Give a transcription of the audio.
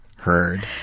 heard